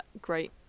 Great